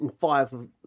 five